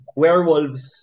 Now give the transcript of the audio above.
werewolves